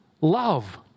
love